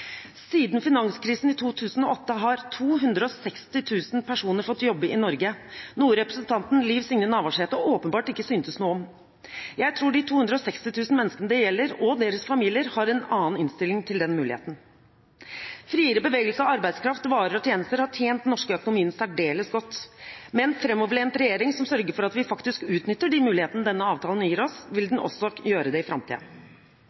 Siden finanskrisen i 2008 har 260 000 personer fått jobb i Norge, noe representanten Liv Signe Navarsete åpenbart ikke synes noe om. Jeg tror de 260 000 menneskene det gjelder, og deres familier, har en annen innstilling til den muligheten. Friere bevegelse av arbeidskraft, varer og tjenester har tjent den norske økonomien særdeles godt. Med en framoverlent regjering som sørger for at vi faktisk utnytter de mulighetene denne avtalen gir oss, vil den også gjøre det i